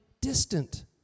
distant